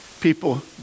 people